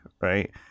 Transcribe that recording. right